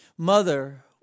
Mother